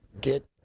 get